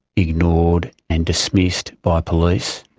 ignored and dismissed by police,